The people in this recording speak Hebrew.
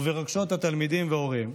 וברגשות התלמידים והוריהם?